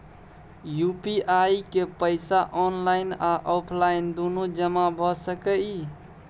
UPI के पैसा online आ ऑफलाइन दुनू जमा भ सकै इ?